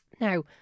Now